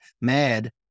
Mad